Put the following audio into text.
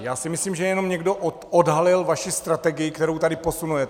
Já si myslím, že jenom někdo odhalil vaši strategii, kterou tady posunujete.